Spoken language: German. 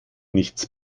nichts